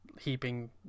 heaping